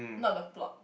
not the plot